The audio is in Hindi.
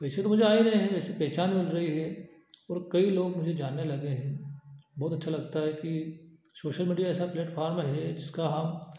पैसे तो मुझे आ ही रहें हैं वैसे पहचान मिल रही है और कई लोग मुझे जानने लगे हैं बहुत अच्छा लगता है कि सोशल मीडिया ऐसा प्लेटफॉर्म है जिसका हम